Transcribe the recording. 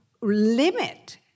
limit